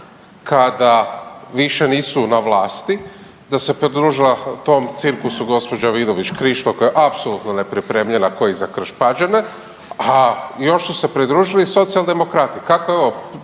kada više nisu na vlasti da se pridružila tom cirkusa gospođa Vidović Krišto koja je apsolutno nepripremljena ko i za Krš-Pađene, a još su se pridružili Socijaldemokrati. Kako evo